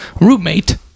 roommate